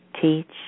Teach